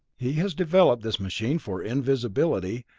he has developed this machine for invisibility,